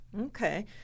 Okay